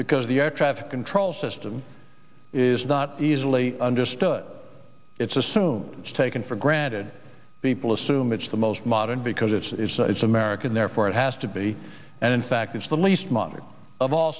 because the air traffic control system is not easily understood it's assume it's taken for granted people assume it's the most modern because it's it's american therefore it has to be and in fact it's the least mongered of all